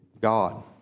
God